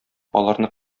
аларны